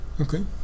Okay